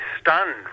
stunned